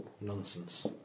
nonsense